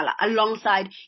alongside